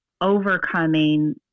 overcoming